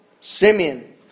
Simeon